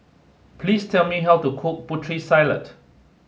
please tell me how to cook Putri Salad